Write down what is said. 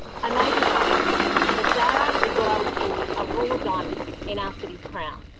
i may be biased but darra is what i would call a raw diamond in our city's crown.